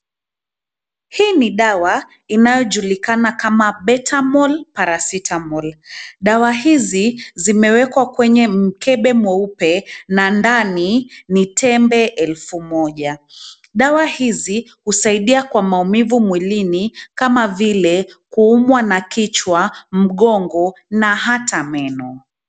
Hii ni dawa inayojulikana kama Betamol Parasitamol. Dawa hizi, zimewekwa kwenye mkebe mweupe na ndani ni tembe elfu moja. Dawa hizi husaidia kwa maumivu mwilini kama vile kuumwa na kichwa, mgongo na hata meno.